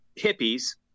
hippies